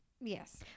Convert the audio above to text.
Yes